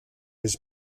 his